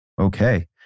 Okay